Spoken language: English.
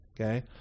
okay